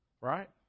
right